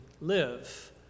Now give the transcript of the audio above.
live